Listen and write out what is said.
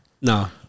No